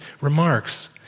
remarks